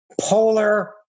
Polar